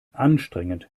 anstrengend